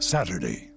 Saturday